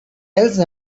else